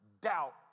doubt